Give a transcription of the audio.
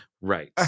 right